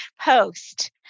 Post